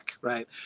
right